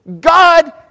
God